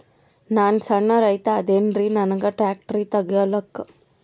ನಾನ್ ಸಣ್ ರೈತ ಅದೇನೀರಿ ನನಗ ಟ್ಟ್ರ್ಯಾಕ್ಟರಿ ತಗಲಿಕ ಲೋನ್ ಸಿಗತದ?